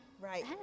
Right